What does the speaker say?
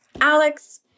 Alex